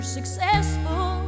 Successful